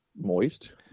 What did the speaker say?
moist